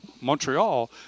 montreal